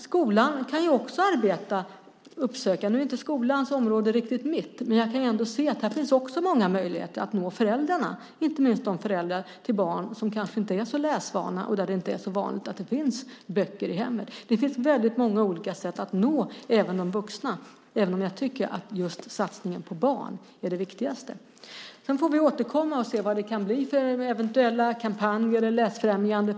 Skolan kan också arbeta uppsökande. Nu är skolan inte riktigt mitt område, men jag kan ändå se att här finns många möjligheter att nå föräldrarna, inte minst föräldrarna till barn som kanske inte är så läsvana och där det inte är så vanligt med böcker i hemmet. Det finns väldigt många sätt att nå även de vuxna, även om jag tycker att just satsningen på barn är det viktigaste. Vi ska återkomma och se vad det kan bli för eventuella kampanjer för läsfrämjandet.